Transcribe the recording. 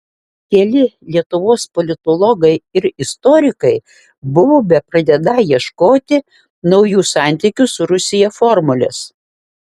keli lietuvos politologai ir istorikai buvo bepradedą ieškoti naujų santykių su rusija formulės